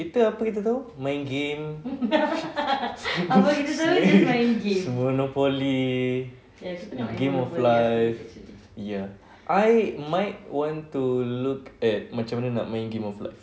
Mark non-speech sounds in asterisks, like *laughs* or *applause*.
kita apa kita tahu main game *laughs* monopoly game of life ya I might want to look at macam mana nak main game of life